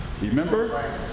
remember